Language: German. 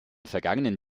vergangenen